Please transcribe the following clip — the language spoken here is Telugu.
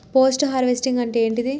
పోస్ట్ హార్వెస్టింగ్ అంటే ఏంటిది?